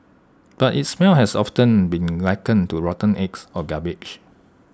but its smell has often been likened to rotten eggs or garbage